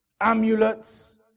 amulets